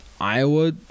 Iowa